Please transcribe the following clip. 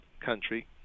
country